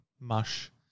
mush